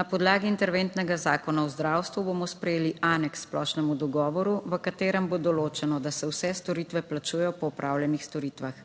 Na podlagi interventnega zakona v zdravstvu bomo sprejeli aneks k splošnemu dogovoru, v katerem bo določeno, da se vse storitve plačujejo po opravljenih storitvah.